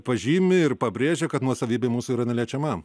pažymi ir pabrėžia kad nuosavybė mūsų yra neliečiama